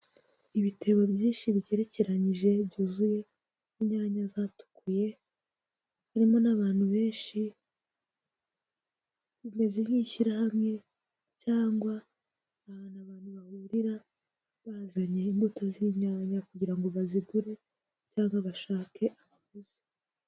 Ibitebo byinshi bigerekeranyije byuzuye inyanya zatukuye, harimo n'abantu benshi bimeze nk'ishyirahamwe cyangwa ahantu abantu bahurira bazanye imbuto z'inyanya, kugira ngo bazigure cyangwa bashake abaguzi.